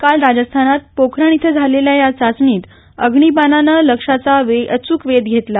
काल राजस्थानात पोखरण इथं झालेल्या या चाचणीत अग्निबाणानं लक्ष्याचा अच्रक वेध घेतला